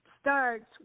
starts